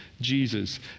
Jesus